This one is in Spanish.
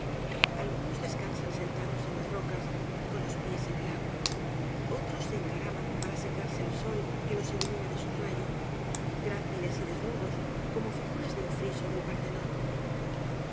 algunos descansan sentados en las rocas con los pies en el agua otros se encaraman para secarse al sol que los ilumina de soslayo gráciles y desnudos como figuras de un friso del parthenón